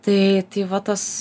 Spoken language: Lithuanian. tai tai va tas